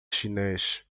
chinês